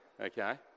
okay